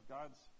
God's